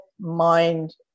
mind